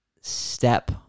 step